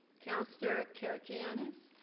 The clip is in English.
councillor karygiannis.